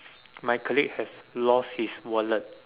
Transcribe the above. my colleague has lost his wallet